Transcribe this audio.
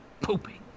pooping